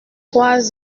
trois